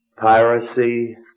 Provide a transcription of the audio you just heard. piracy